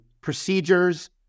procedures